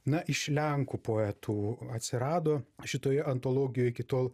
na iš lenkų poetų atsirado šitoje antologijoje iki tol